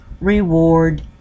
reward